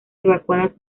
evacuadas